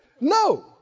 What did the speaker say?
No